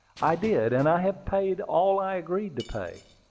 i did and i have paid all i agreed to pay.